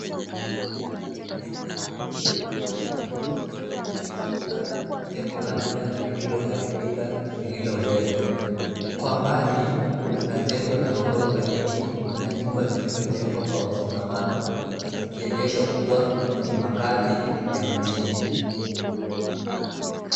Eneo lililofurika maji ya matope limezunguka jengo la mda lililoharibika, lililo mbele. Kwa mbali kuna jengo la ghorofa nyingi na nyumba zilizojengwa kwa msongamano, zikionyesha kuwa ni makazi ya mjini.